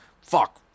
fuck